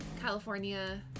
California